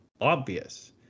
obvious